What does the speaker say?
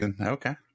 Okay